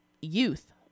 youth